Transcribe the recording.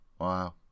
Wow